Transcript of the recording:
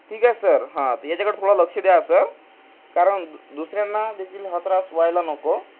ठीक आहे सर हां याच्याकडे थोडा लक्ष द्या सर कारण दुसऱ्यांना देखील हा त्रास व्हायला नको